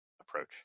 approach